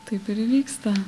taip ir įvyksta